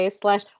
slash